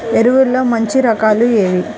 ఎరువుల్లో మంచి రకాలు ఏవి?